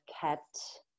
kept